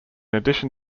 addition